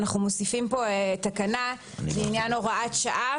אנחנו מוסיפים בתקנה 8 תקנה בעניין הוראת שעה